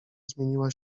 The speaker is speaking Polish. zmieniła